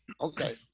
Okay